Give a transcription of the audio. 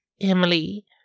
Emily